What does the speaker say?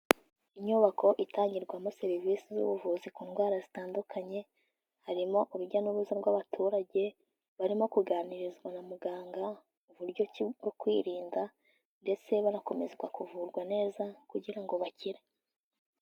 Inyubako itangirwamo serivisi y'ubuvuzi ku ndwara zitandukanye, harimo urujya n'uruza rw'abaturage, barimo kuganirizwa na muganga uburyo ki bwo kwirinda ndetse banakomeza kuvurwa neza kugira ngo bakire.